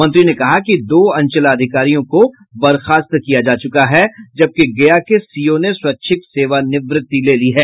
मंत्री ने कहा कि दो अंचलाधिकारियों को बर्खास्त किया जा चुका है जबकि गया के सीओ ने स्वैच्छिक सेवानिवृत्ति ले ली है